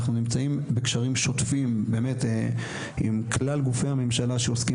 אנחנו נמצאים בקשרים שותפים עם כלל גופי הממשלה שעוסקים,